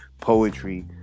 poetry